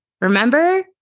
Remember